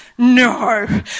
No